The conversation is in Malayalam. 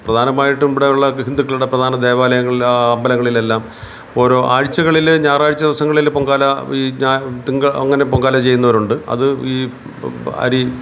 പ്രധാനമായിട്ടും ഇവിടെയുള്ള ഹിന്ദുക്കളുടെ പ്രധാന ദേവാലയങ്ങളിൽ എല്ലാ അമ്പലങ്ങളിലെല്ലാം ഓരോ ആഴ്ച്ചകളിലെ ഞായറാഴ്ച്ച ദിവസങ്ങളിൽ പൊങ്കാല ഈ ഞാ തിങ്കൾ അങ്ങനെ പൊങ്കാല ചെയ്യുന്നവരുണ്ട് അത് ഈ അരി